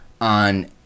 on